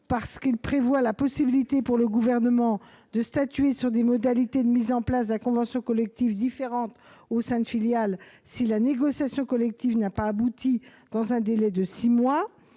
parce que ce dernier ouvre la possibilité, pour le Gouvernement, de statuer sur les modalités de mise en place de conventions collectives différentes au sein de filiales, si la négociation collective n'a pas abouti dans un délai de six mois.